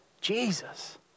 Jesus